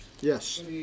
Yes